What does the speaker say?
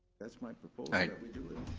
that's my proposal that we do it.